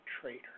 traitor